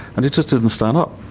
and it just didn't stand up,